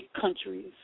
countries